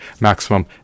maximum